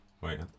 Wait